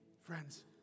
friends